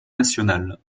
nationale